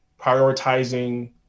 prioritizing